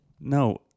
No